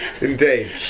Indeed